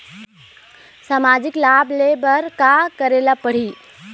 सामाजिक लाभ ले बर का करे ला पड़ही?